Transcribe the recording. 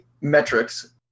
metrics